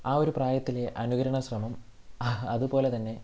ആ ഒരു പ്രായത്തിലെ അനുകരണ ശ്രമം അതുപോലെ തന്നെ